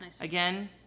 again